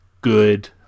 good